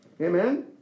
Amen